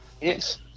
Yes